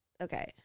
Okay